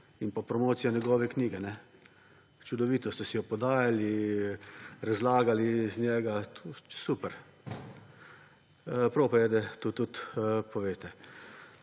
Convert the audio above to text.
in pa promocija njegove knjige. Čudovito ste si jo podajali, razlagali iz nje. Super. Prav pa je, da to tudi poveste.